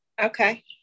okay